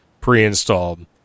pre-installed